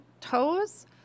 toes